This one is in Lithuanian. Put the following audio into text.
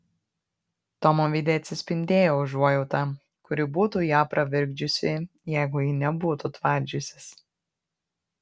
tomo veide atsispindėjo užuojauta kuri būtų ją pravirkdžiusi jeigu ji nebūtų tvardžiusis